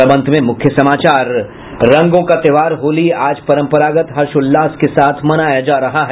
और अब अंत में मुख्य समाचार रंगों का त्योहार होली आज परम्परागत हर्षोल्लास के साथ मनाया जा रहा है